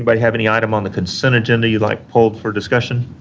but have any item on the consent agenda you'd like pulled for discussion?